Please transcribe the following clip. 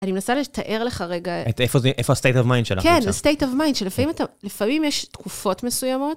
אני מנסה לתאר לך רגע... את איפה זה... איפה ה-state of mind שלך נמצא? כן, זה-state of mind של לפעמים אתה... לפעמים יש תקופות מסוימות.